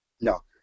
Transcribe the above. No